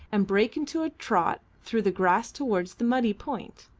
and break into a trot through the grass towards the muddy point.